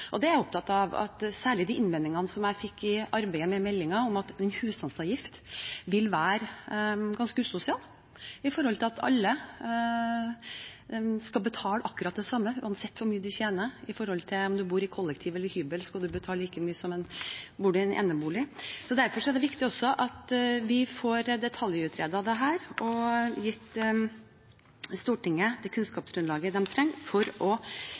er opptatt av dette, særlig innvendingene jeg fikk i arbeidet med meldingen om at en husstandsavgift vil være ganske usosial med hensyn til at alle skal betale akkurat det samme uansett hvor mye man tjener. Om man bor i kollektiv eller på hybel, skal man betale like mye som om man bor i en enebolig. Derfor er det viktig at man får utredet dette i detalj og får gitt Stortinget det kunnskapsgrunnlaget man trenger for å